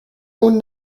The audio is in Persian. اون